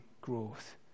growth